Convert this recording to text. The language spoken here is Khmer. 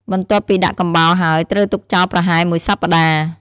បន្ទាប់ពីដាក់កំបោរហើយ ត្រូវទុកចោលប្រហែលមួយសប្តាហ៍។